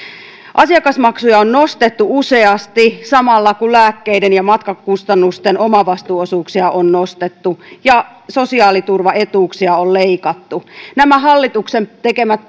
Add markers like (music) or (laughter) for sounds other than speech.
asiakasmaksuja on nostettu useasti samalla kun lääkkeiden ja matkakustannusten omavastuuosuuksia on nostettu ja sosiaaliturvaetuuksia on leikattu nämä hallituksen tekemät (unintelligible)